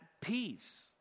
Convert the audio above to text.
peace